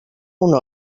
una